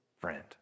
friend